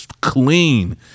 clean